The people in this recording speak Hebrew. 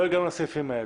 לא הגענו לסעיפים האלה.